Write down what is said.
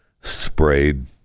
sprayed